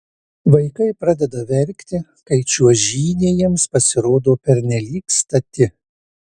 vaikai pradeda verkti kai čiuožynė jiems pasirodo pernelyg stati